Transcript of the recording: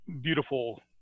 beautiful